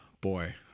Boy